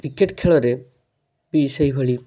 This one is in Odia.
କ୍ରିକେଟ ଖେଳରେ ବି ସେଇ ଭଳି